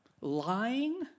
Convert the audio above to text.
lying